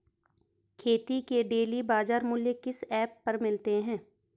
खेती के डेली बाज़ार मूल्य किस ऐप पर मिलते हैं?